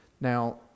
Now